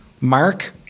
mark